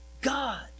God